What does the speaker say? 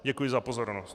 Děkuji za pozornost.